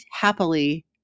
happily